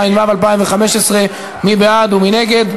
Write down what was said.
מה צריך?